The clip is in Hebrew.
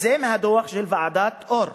זה מהדוח של ועדת-אור.